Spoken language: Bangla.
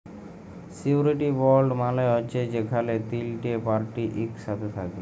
সিওরিটি বল্ড মালে হছে যেখালে তিলটে পার্টি ইকসাথে থ্যাকে